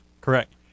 Correct